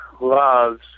loves